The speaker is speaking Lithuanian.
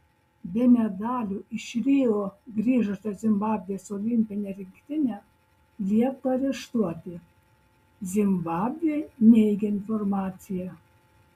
be medalių iš rio grįžusią zimbabvės olimpinę rinktinę liepta areštuoti zimbabvė neigia informaciją